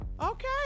Okay